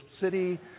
city